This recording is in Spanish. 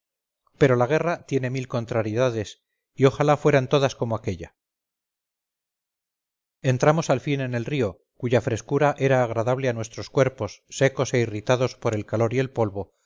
pero la guerra tiene mil contrariedades y ojalá fueran todas como aquella entramos al fin en el río cuya frescura era agradable a nuestros cuerpos secos e irritados por el calor y el polvo